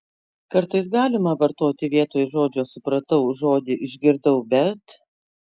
kartais galima vartoti vietoj žodžio supratau žodį išgirdau bet